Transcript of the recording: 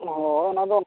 ᱦᱳᱭ ᱚᱱᱟ ᱫᱚ